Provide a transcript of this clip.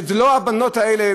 לא הבנות האלה,